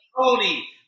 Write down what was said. Tony